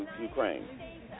Ukraine